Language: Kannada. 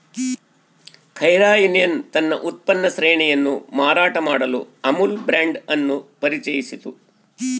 ಕೈರಾ ಯೂನಿಯನ್ ತನ್ನ ಉತ್ಪನ್ನ ಶ್ರೇಣಿಯನ್ನು ಮಾರಾಟ ಮಾಡಲು ಅಮುಲ್ ಬ್ರಾಂಡ್ ಅನ್ನು ಪರಿಚಯಿಸಿತು